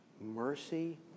mercy